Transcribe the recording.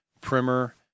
primer